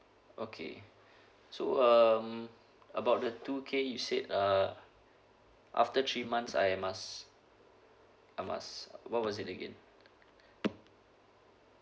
okay so um about the two K you said uh after three months I must I must what was it again